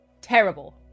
terrible